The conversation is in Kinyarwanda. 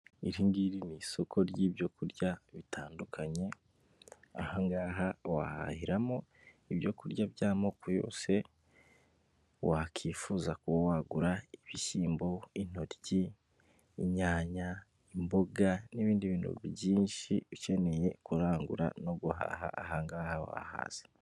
Iri ngiri ni isoko ry'ibyokurya bitandukanye, ahangaha wahahiramo ibyo kurya by'amoko yose wakwifuza kuba wagura, ibishyimbo, intoryi, inyanya, imboga n'ibindi bintu byinshi ukeneye kurangura no guhaha ahangaha wahaza.